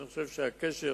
אני חושב שהקשר